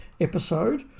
episode